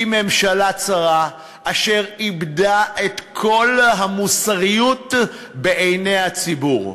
היא ממשלה צרה אשר איבדה את כל המוסריות בעיני הציבור.